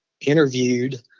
interviewed